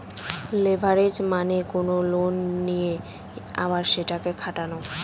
leverage মানে কোনো loan নিয়ে আবার সেটাকে খাটানো